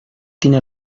tiene